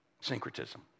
Syncretism